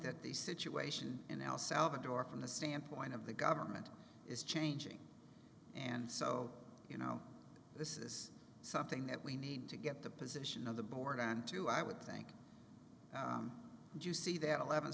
that the situation in el salvador from the standpoint of the government is changing and so you know this is something that we need to get the position of the board and to i would think do you see that eleventh